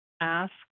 ask